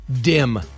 dim